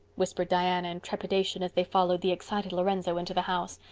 whispered diana in trepidation as they followed the excited lorenzo into the house.